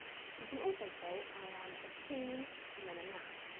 you can also say, i am a keen and then a noun.